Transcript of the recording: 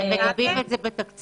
אתם מגבים את זה בתקציב?